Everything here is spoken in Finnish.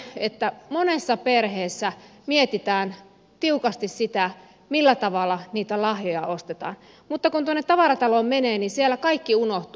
minua järkyttää se että monessa perheessä mietitään tiukasti millä tavalla niitä lahjoja ostetaan mutta kun tuonne tavarataloon menee siellä kaikki unohtuu